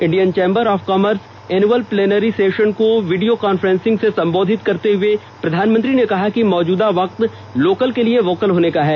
Indian chamber of commerce annual plenary session को video conferencing से संबोधित करते हुए प्रधानमंत्री ने कहा कि मौजूदा वक्त लोकल के लिए वोकल होने का है